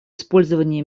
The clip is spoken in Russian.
использование